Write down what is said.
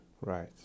Right